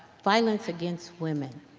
violence against women